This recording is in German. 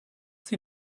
sie